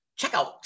checkout